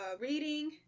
Reading